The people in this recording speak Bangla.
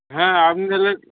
হ্যাঁ আপনি তাহলে